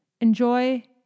enjoy